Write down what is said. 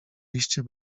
liście